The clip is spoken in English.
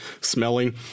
smelling